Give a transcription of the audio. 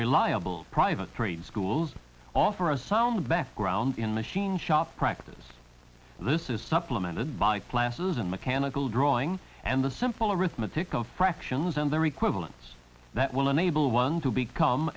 reliable private trade schools offer a sound background in machine shop practice this is supplemented by classes and mechanical drawing and the simple arithmetic of fractions and their equivalents that will enable one to become